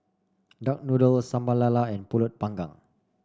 Duck Noodle Sambal Lala and pulut panggang